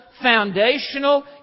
foundational